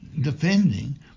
defending